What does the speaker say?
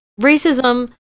racism